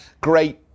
great